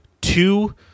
two